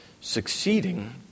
succeeding